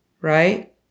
Right